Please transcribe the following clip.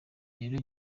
rero